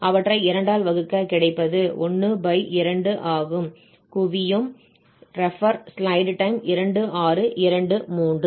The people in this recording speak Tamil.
அவற்றை 2 ஆல் வகுக்க கிடைப்பது ½ ஆகும்